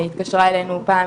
התקשרה אלינו פעם,